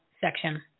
section